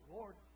Lord